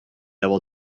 able